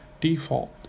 default